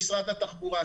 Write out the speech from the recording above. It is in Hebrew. במשרד התחבורה,